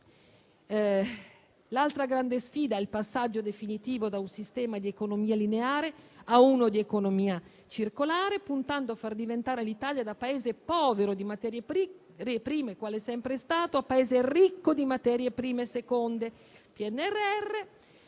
L'altra grande sfida è il passaggio definitivo da un sistema di economia lineare a uno di economia circolare, puntando a far diventare l'Italia da Paese povero di materie prime qual è sempre stato a Paese ricco di materie prime seconde.